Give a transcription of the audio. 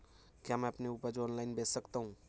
क्या मैं अपनी उपज ऑनलाइन बेच सकता हूँ?